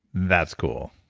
that's cool.